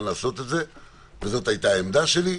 לעשות את זה וזאת הייתה העמדה שלי.